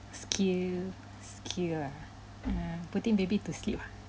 skill skill ah err putting baby to sleep ah